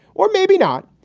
or maybe not.